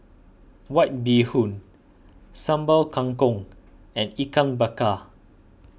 White Bee Hoon Sambal Kangkong and Ikan Bakar